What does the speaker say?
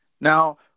Now